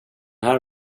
här